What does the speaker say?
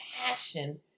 passion